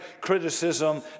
criticism